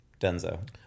denzo